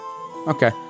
Okay